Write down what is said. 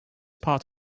part